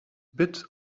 bits